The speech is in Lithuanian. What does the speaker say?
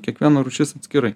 kiekviena rūšis atskirai